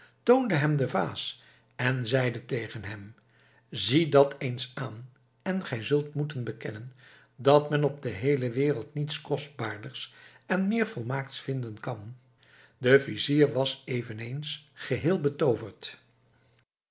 toonde hem de vaas en zeide tegen hem zie dat eens aan en gij zult moeten bekennen dat men op de heele wereld niets kostbaarders en meer volmaakts vinden kan de vizier was eveneens geheel betooverd